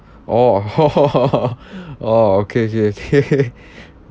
orh orh okay okay okay